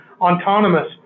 autonomous